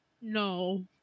no